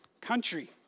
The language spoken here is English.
country